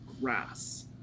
grass